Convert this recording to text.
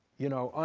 you know,